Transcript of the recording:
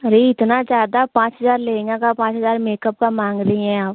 अरे इतना जादा पाँच हज़ार लहेंगे का पाँच हज़ार मेकअप का माँग रही हैं आप